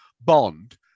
bond